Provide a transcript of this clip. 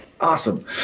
awesome